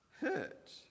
hurt